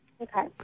Okay